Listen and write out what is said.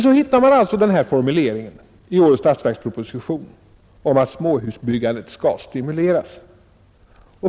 Så hittar man den här formuleringen i årets statsverksproposition om att småhusbyggandet skall stimuleras.